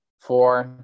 four